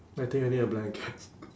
I think I need a blanket